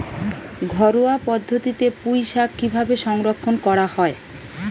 ঘরোয়া পদ্ধতিতে পুই শাক কিভাবে সংরক্ষণ করা হয়?